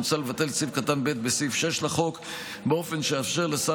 מוצע לבטל את סעיף קטן (ב) בסעיף 6 לחוק באופן שיאפשר לשר